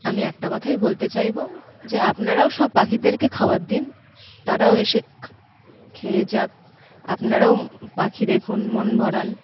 আমি একটা কথাই বলতে চাইব যে আপনারাও সব পাখিদেরকে খাবার দিন তারাও এসে খেয়ে যাক আপনারাও পাখি দেখুন মন ভরান